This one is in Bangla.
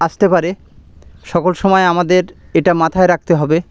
আসতে পারে সকল সময় আমাদের এটা মাথায় রাখতে হবে